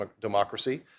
democracy